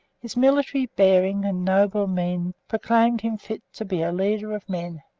his military bearing and noble mien proclaimed him fit to be a leader of men,